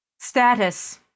Status